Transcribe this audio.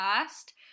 first